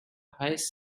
highest